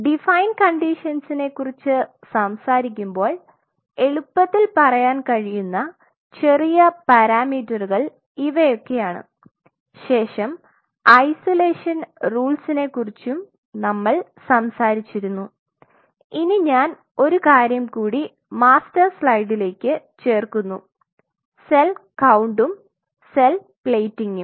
define കണ്ടീഷൻസിനെ കുറിച്ച് സംസാരിക്കുമ്പോൾ എളുപ്പത്തിൽ പറയാൻ കഴിയുന്ന ചെറിയ പാരാമീറ്ററുകൾ ഇവയൊക്കെയാണ് ശേഷം ഐസൊലേഷൻ റൂൾസ്നെ കുറിച്ചും നമ്മൾ സംസാരിച്ചിരുന്നു ഇനി ഞാൻ ഒരു കാര്യം കൂടി മാസ്റ്റർ സ്ലൈഡിലേക്ക് ചേർക്കുന്നു സെൽ കൌണ്ടും സെൽ പ്ലേറ്റിംഗും